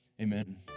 amen